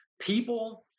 people